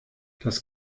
das